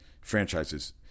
franchises